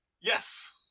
Yes